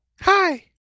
Hi